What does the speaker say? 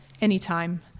anytime